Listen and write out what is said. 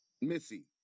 Missy